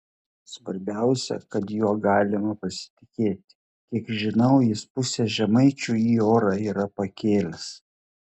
svarbiausia kad juo galima pasitikėti kiek žinau jis pusę žemaičių į orą yra pakėlęs